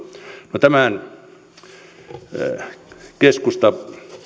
no keskusta